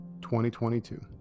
2022